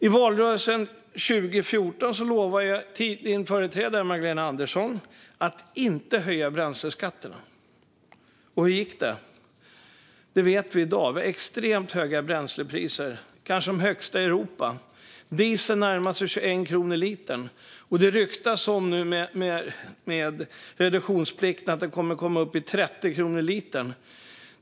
I valrörelsen 2014 lovade finansministerns företrädare Magdalena Andersson att inte höja bränsleskatterna, men hur gick det? Det vet vi i dag. Vi har extremt höga bränslepriser, kanske de högsta i Europa. Dieseln närmar sig 21 kronor litern, och det ryktas nu att den med reduktionsplikten kommer att komma upp i 30 kronor litern.